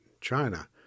China